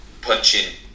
punching